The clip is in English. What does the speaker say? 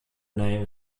name